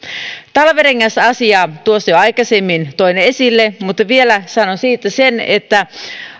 talvirengasasiaa jo aikaisemmin toin esille mutta vielä sanon siitä sen että